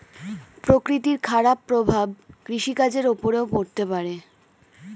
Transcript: প্রকৃতির খারাপ প্রভাব কৃষিকাজের উপরেও পড়তে পারে